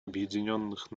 объединенных